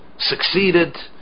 succeeded